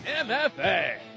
MFA